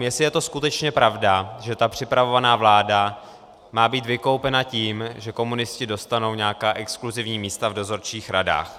Jestli je to skutečně pravda, že ta připravovaná vláda má být vykoupena tím, že komunisti dostanou nějaká exkluzivní místa v dozorčích radách.